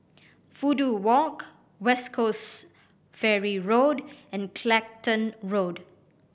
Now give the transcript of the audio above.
Fudu Walk West Coast Ferry Road and Clacton Road